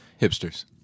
Hipsters